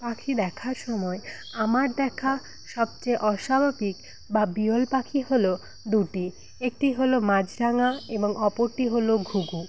পাখি দেখার সময় আমার দেখা সবচেয়ে অস্বাভাবিক বা বিরল পাখি হল দুটি একটি হল মাছরাঙা এবং অপরটি হল ঘুঘু